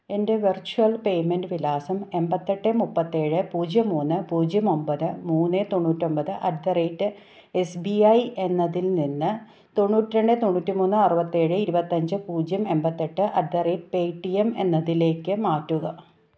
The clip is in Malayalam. എൻ്റെ വെർച്വൽ പേയ്മെൻ്റ് വിലാസം എൺപത്തി എട്ട് മുപ്പത്തി ഏഴ് പൂജ്യം മൂന്ന് പൂജ്യം ഒമ്പത് മൂന്ന് തൊണ്ണൂറ്റി ഒമ്പത് at the rate S B I എന്നതിൽ നിന്ന് തൊണ്ണൂറ്റി രണ്ട് തൊണ്ണൂറ്റി മൂന്ന് അറുപത്തി ഏഴ് ഇരുപത്തി അഞ്ച് പൂജ്യം എൺപെത്തി എട്ട് അറ്റ് ദ റേറ്റ് പേടിഎം എന്നതിലേക്ക് മാറ്റുക